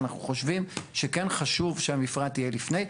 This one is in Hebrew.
אנחנו חושבים שכן חשוב שהמפרט יהיה לפני.